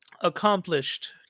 accomplished